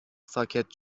ساکت